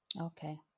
Okay